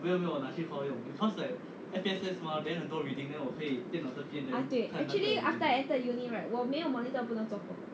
ah 对 actually after I entered uni~ right 我没有 monitor 我不能做工